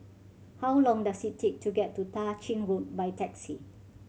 how long does it take to get to Tah Ching Road by taxi